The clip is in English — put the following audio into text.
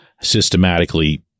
systematically